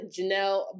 Janelle